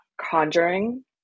conjuring